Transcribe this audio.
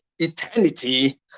Eternity